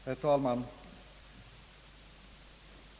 Herr talman!